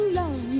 love